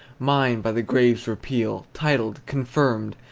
mine, by the grave's repeal titled, confirmed,